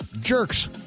jerks